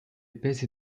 épaisse